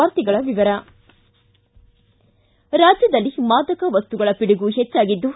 ವಾರ್ತೆಗಳ ವಿವರ ರಾಜ್ಯದಲ್ಲಿ ಮಾದಕ ವಸ್ತುಗಳ ಪಿಡುಗು ಹೆಚ್ಚಾಗಿದ್ದು